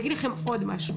עוד משהו